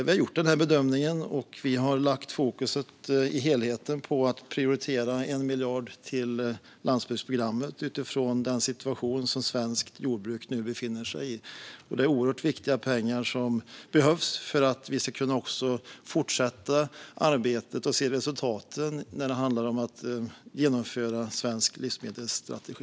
Vi har gjort den här bedömningen, och vi har lagt fokus i helheten på att prioritera 1 miljard till landsbygdsprogrammet utifrån den situation som svenskt jordbruk nu befinner sig i. Det är oerhört viktiga pengar som behövs för att vi ska kunna fortsätta arbetet och se resultaten när det handlar om att genomföra en svensk livsmedelsstrategi.